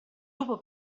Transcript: lupo